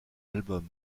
albums